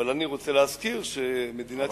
אבל אני רוצה להזכיר שמדינת ישראל,